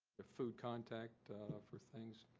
the food contact for things,